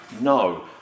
No